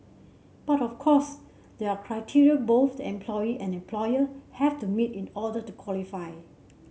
but of course there are criteria both the employee and employer have to meet in order to qualify